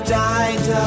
died